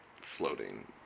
floating